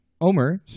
Omer